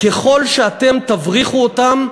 ככל שאתם תבריחו אותם,